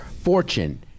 fortune